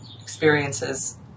experiences